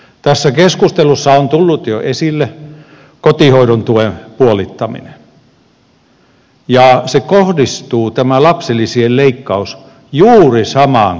tässä keskustelussa on tullut jo esille kotihoidon tuen puolittaminen ja tämä lapsilisien leikkaus kohdistuu juuri samaan kohderyhmään